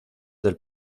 del